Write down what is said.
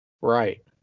Right